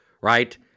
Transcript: right